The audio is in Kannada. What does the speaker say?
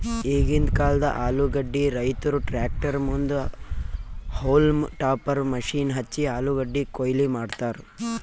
ಈಗಿಂದ್ ಕಾಲ್ದ ಆಲೂಗಡ್ಡಿ ರೈತುರ್ ಟ್ರ್ಯಾಕ್ಟರ್ ಮುಂದ್ ಹೌಲ್ಮ್ ಟಾಪರ್ ಮಷೀನ್ ಹಚ್ಚಿ ಆಲೂಗಡ್ಡಿ ಕೊಯ್ಲಿ ಮಾಡ್ತರ್